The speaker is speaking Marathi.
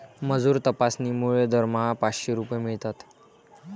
मजूर तपासणीमुळे दरमहा पाचशे रुपये मिळतात